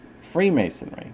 freemasonry